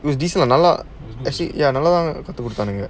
it was நல்லாநல்லதாகத்துகொடுத்தாங்க:nalla nallatha kathu koduthaanka